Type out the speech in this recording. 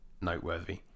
noteworthy